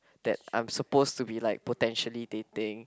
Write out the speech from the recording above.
that I'm supposed to be like potentially dating